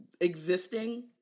existing